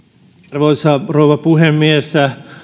arvoisa rouva puhemies